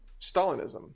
Stalinism